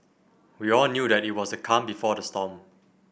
we all knew that it was the calm before the storm